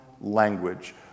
language